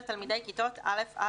לחוק, מתקינה הממשלה תקנות אלה: